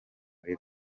muri